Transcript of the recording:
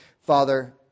Father